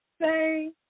Say